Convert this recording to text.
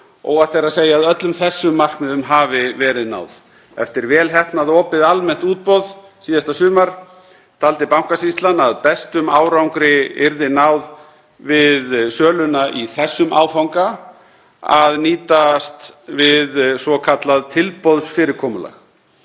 Óhætt er að segja að öllum þessum markmiðum hafi verið náð. Eftir vel heppnað, opið almennt útboð síðasta sumar taldi Bankasýslan að bestum árangri yrði náð við söluna í þessum áfanga með því að nýtast við svokallað tilboðsfyrirkomulag.